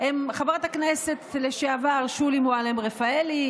הם חברת הכנסת לשעבר שולי מועלם רפאלי,